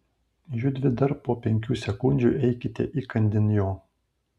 judvi dar po penkių sekundžių eikite įkandin jo